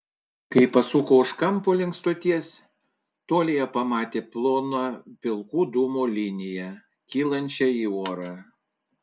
kai pasuko už kampo link stoties tolyje pamatė ploną pilkų dūmų liniją kylančią į orą